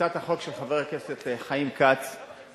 הצעת החוק של חבר הכנסת חיים כץ מדברת,